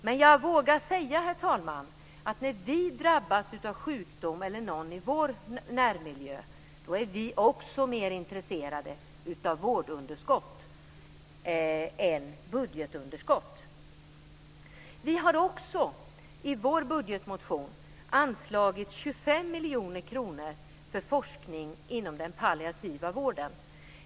Men jag vågar säga, herr talman, att när vi drabbas av sjukdom i vår närmiljö är vi också mer intresserade av vårdunderskott än budgetunderskott. Vi har också i vår budgetmotion anslagit 25 miljoner kronor för forskning inom den palliativa vården.